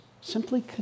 simply